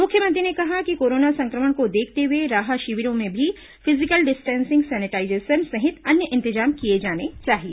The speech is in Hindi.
मुख्यमंत्री ने कहा कि कोरोना सं क्र मण को देखते हुए राहत शिविरों में भी फिजिकल डिस्टेंसिंग सैनिटाईजेशन सहित अन्य इंतजाम किए जाने चाहिए